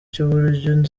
cy’uburyo